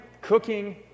cooking